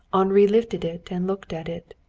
henri lifted it and looked at it.